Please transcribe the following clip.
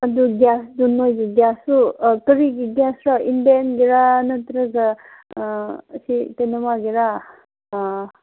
ꯑꯗꯨ ꯒ꯭ꯌꯥꯁꯇꯨ ꯅꯣꯏꯒꯤ ꯒ꯭ꯌꯥꯁꯇꯨ ꯀꯔꯤꯒꯤ ꯒ꯭ꯌꯥꯁꯔ ꯏꯟꯗꯤꯌꯟꯒꯤꯔꯥ ꯅꯠꯇ꯭ꯔꯒ ꯑꯁꯤ ꯀꯩꯅꯣꯃ ꯍꯥꯏꯒꯦꯔꯥ